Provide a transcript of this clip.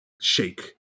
shake